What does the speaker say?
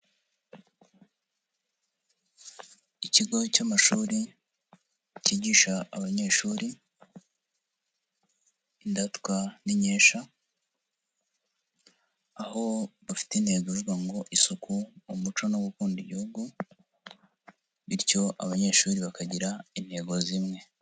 Ikigo cy'amashuri kigisha abanyeshuri, indatwa n'inkesha, aho bafite intego ivuga ngo isuku, umuco no gukunda igihugu, bityo abanyeshuri bakagira intego zimwe.